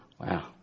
Wow